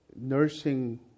Nursing